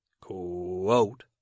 quote